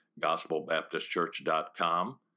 gospelbaptistchurch.com